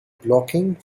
blocking